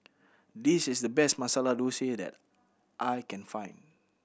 this is the best Masala Dosa that I can find